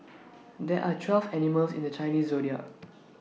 there are twelve animals in the Chinese Zodiac